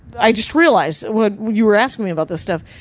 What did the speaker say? i just realized, what you were asking me about this stuff.